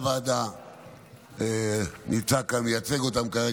יושב-ראש הוועדה מעוניין לומר כמה תודות.